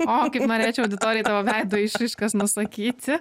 o kaip norėčiau auditorijai tavo veido išraiškas nusakyti